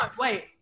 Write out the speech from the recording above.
wait